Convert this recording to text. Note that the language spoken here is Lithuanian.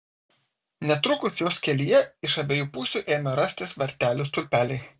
netrukus jos kelyje iš abiejų pusių ėmė rastis vartelių stulpeliai